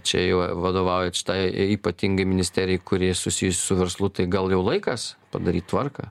čia jau vadovaujat štai ypatingai ministerijai kuri susijusi su verslu tai gal jau laikas padaryt tvarką